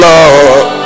Lord